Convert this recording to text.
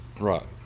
Right